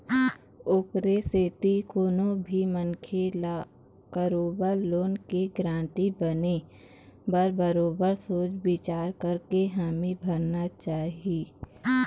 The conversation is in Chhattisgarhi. ओखरे सेती कोनो भी मनखे ल कखरो लोन के गारंटर बने बर बरोबर सोच बिचार करके हामी भरना चाही